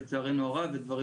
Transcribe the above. לצערנו הרב וכד',